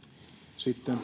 sitten